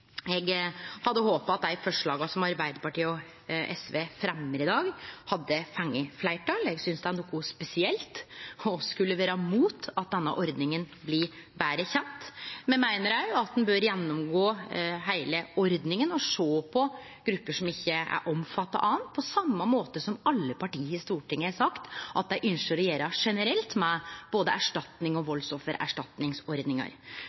Eg hadde håpa at dei forslaga som Arbeidarpartiet og SV fremjar i dag, hadde fått fleirtal. Eg synest det er noko spesielt å skulle vere mot at denne ordninga blir betre kjend. Me meiner òg at ein bør gjennomgå heile ordninga og sjå på grupper som ikkje er omfatta av ho, på same måten som alle parti på Stortinget har sagt at dei ønskjer å gjere generelt med både erstatnings- og